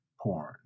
porn